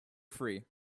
free